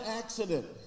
accident